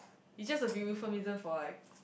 it's just a for like